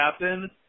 happen